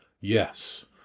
Yes